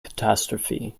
catastrophe